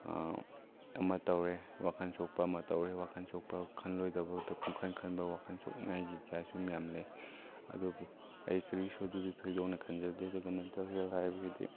ꯑꯃ ꯇꯧꯔꯦ ꯋꯥꯈꯜ ꯁꯣꯛꯄ ꯑꯃ ꯇꯧꯔꯦ ꯋꯥꯈꯜ ꯁꯣꯛꯄ ꯈꯜꯂꯣꯏꯗꯕꯗꯣ ꯄꯨꯡꯈꯟ ꯈꯟꯕ ꯋꯥꯈꯟ ꯁꯣꯛꯅꯤꯡꯉꯥꯏꯒꯤ ꯀꯌꯥꯁꯨ ꯃꯌꯥꯝ ꯂꯩ ꯑꯗꯨꯕꯨ ꯑꯩ ꯀꯔꯤꯁꯨ ꯑꯗꯨꯗ ꯊꯣꯏꯗꯣꯛꯅ ꯈꯟꯖꯗꯦ ꯑꯗꯨꯒ ꯃꯦꯟꯇꯦꯜ ꯍꯦꯜ ꯍꯥꯏꯕꯁꯤꯗꯤ